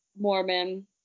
Mormon